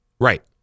Right